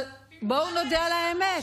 אבל בואו נודה באמת: